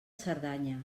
cerdanya